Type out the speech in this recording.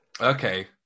okay